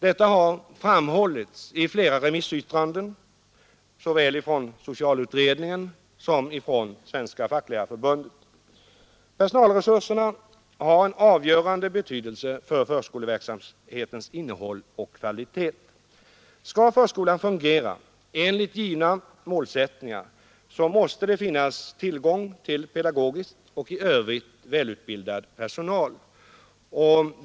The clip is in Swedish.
Detta har framhållits av flera remissinstanser, bl.a. socialutredningen och Svenska facklärarförbundet. Personalresurserna har avgörande betydelse för förskoleverksamhetens innehåll och kvalitet. Skall förskolan fungera enligt angivna målsättningar måste det finnas tillgång till pedagogiskt och i övrigt välutbildad personal.